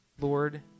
Lord